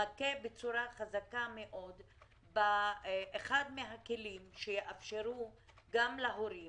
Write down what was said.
מכה בצורה חזקה מאוד באחד מהכלים שיאפשרו גם להורים